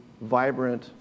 vibrant